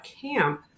camp